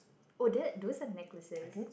oh that those are necklaces